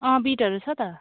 अँ बिटहरू छ त